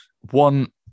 one